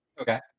Okay